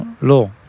law